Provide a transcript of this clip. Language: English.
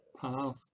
path